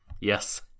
Yes